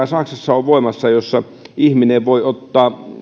saksassa on voimassa ja jossa ihminen voi ottaa